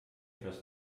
was